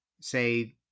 say